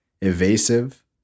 evasive